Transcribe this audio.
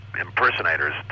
impersonators